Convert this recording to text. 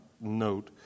note